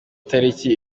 tariki